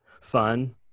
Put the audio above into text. fun